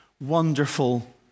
wonderful